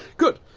good,